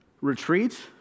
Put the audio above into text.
retreat